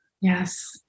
Yes